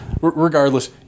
regardless